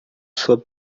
sua